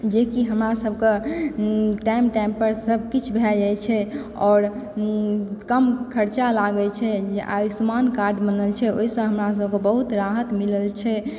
जेकि हमरा सब के टाइम टाइम पर सबकिछु भऽ जाइ छै आओर कम खर्चा लागै छै आयुष्मान कार्ड बनल छै एहिसॅं हमरा सबके बहुत राहत मिलल छै